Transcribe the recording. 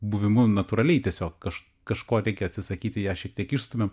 buvimu natūraliai tiesiog aš kažko reikia atsisakyti ją šiek tiek išstumiam